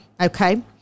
Okay